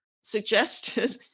suggested